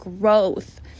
growth